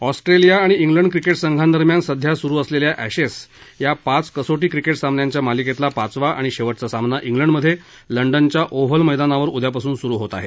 Australia आणि England cricket संघादरम्यान सध्या सुरु असलेल्या एशेस या पाच कसोटी क्रिकेट सामन्यांच्या मालिकेतला पाचवा आणि शेवटचा सामना इंग्लंडमधे लंडनच्या ओव्हल मैदानावर उद्यापासून सुरु होत आहे